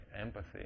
empathy